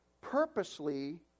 purposely